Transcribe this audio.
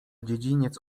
dziedziniec